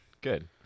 Good